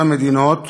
אותן מדינות